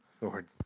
Lord